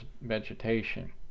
vegetation